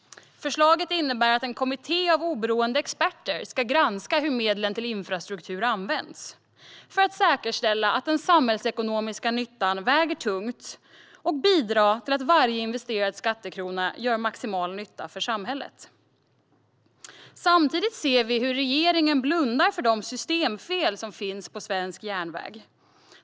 Förslaget innebär att en kommitté av oberoende experter ska granska hur medlen till infrastrukturen används för att säkerställa att den samhällsekonomiska nyttan väger tungt och på så sätt bidra till att varje investerad skattekrona gör maximal nytta för samhället. Samtidigt ser vi hur regeringen blundar för de systemfel som finns på svensk järnväg.